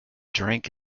drink